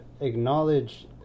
acknowledge